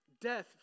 Death